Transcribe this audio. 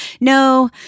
No